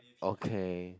okay